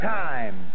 time